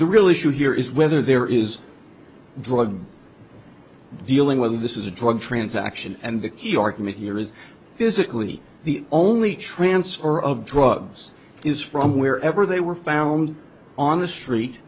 the real issue here is whether there is drug dealing with this is a drug transaction and the key argument here is physically the only transfer of drugs is from wherever they were found on the street